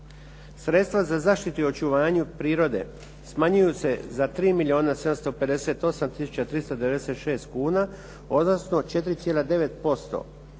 Sredstva za zaštitu i očuvanje prirode smanjuju se za 3 milijuna 758, 396 kuna, odnosno 4,9%.